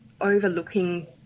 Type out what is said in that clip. overlooking